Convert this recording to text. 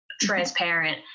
transparent